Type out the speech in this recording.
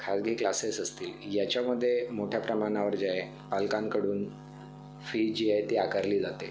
खासगी क्लासेस असतील ह्याच्यामधे मोठ्या प्रमाणावर जे आहे पालकांकडून फी जी आहे ती आकारली जाते